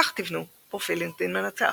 כך תבנו פרופיל לינקדאין מנצח,